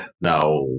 now